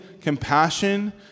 compassion